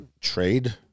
trade